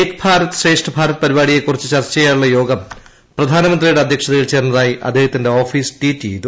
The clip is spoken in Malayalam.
ഏക് ഭാരത് ശ്രേഷ്ഠ് ഭാരത് പരിപാടിയെക്കുറിച്ച് പ്പ്ർച്ച് ചെയ്യാനുള്ള യോഗം പ്രധാനമന്ത്രിയുടെ അധ്യക്ഷതയിൽ ചേർന്നതായി അദ്ദേഹത്തിന്റെ ഓഫീസ് ട്വീറ്റ് ചെയ്തു